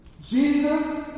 Jesus